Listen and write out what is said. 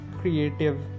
Creative